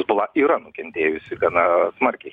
hizbula yra nukentėjusi gana smarkiai